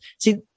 See